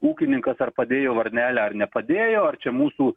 ūkininkas ar padėjo varnelę ar nepadėjo ar čia mūsų